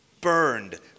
burned